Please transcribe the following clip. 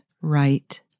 right